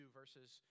verses